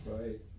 Right